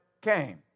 came